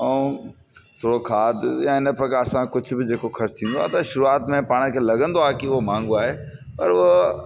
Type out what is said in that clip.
ऐं थोरो खाधि या इन प्रकार सां कुझु बि जेको ख़र्चु थींदो आहे त शुरूआति में पाण खे लॻंदो आहे कि उहो माण्हू आहे और